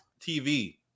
TV